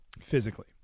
Physically